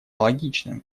логичным